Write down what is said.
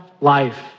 life